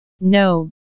No